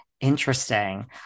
Interesting